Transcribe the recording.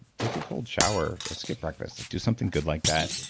take a cold shower, skip breakfast, do something good like that.